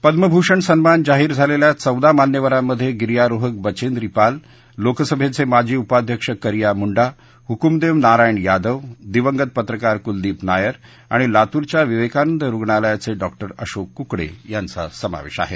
पद्मभूषण सन्मान जाहीर झालेल्या चौदा मान्यवरांमध्ये गिर्यारोहक बचेंद्री पाल लोकसभेचे माजी उपाध्यक्ष करिया मुंडा हुकुमदेव नारायण यादव दिवंगत पत्रकार कुलदीप नायर आणि लातूरच्या विवेकानंद रुग्णालयाचे डॉ अशोक कुकडे यांचा समावेश आहे